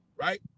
right